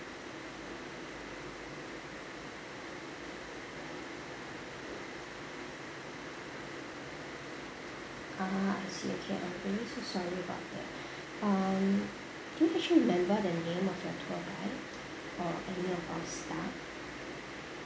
uh I see okay I'm really so sorry about that um do you actually remember the name of your tour guide or any of our staff